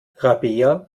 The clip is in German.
rabea